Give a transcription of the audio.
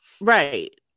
Right